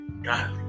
God